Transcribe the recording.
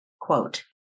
quote